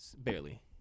Barely